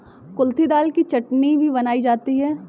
कुल्थी दाल की चटनी भी बनाई जाती है